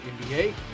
NBA